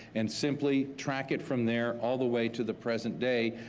and simply track it from there all the way to the present day,